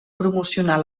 promocionar